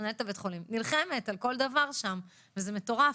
מנהלת בית החולים נלחמת על כל דבר שם, וזה מטורף.